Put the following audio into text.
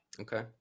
Okay